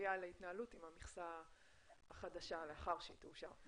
ראויה להתנהלות אם המכסה החדשה, לאחר שתאושר.